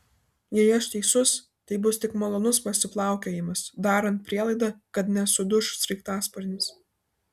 jei aš teisus tai bus tik malonus pasiplaukiojimas darant prielaidą kad nesuduš sraigtasparnis